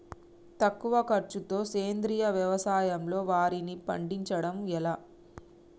తక్కువ ఖర్చుతో సేంద్రీయ వ్యవసాయంలో వారిని పండించడం ఎలా?